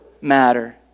matter